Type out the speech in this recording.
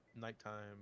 Nighttime